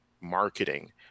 marketing